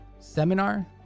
seminar